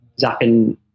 zapping